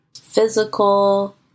physical